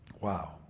Wow